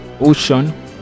ocean